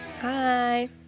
Hi